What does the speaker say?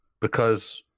because-